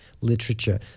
Literature